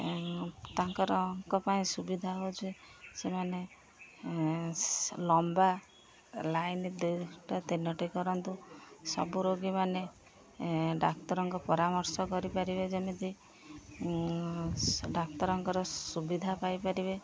ତାଙ୍କର ପାଇଁ ସୁବିଧା ହେଉଛି ସେମାନେ ଲମ୍ବା ଲାଇନ୍ ଦୁଇଟା ତିନୋଟି କରନ୍ତୁ ସବୁ ରୋଗୀମାନେ ଡାକ୍ତରଙ୍କ ପରାମର୍ଶ କରିପାରିବେ ଯେମିତି ଡାକ୍ତରଙ୍କର ସୁବିଧା ପାଇପାରିବେ